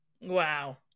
Wow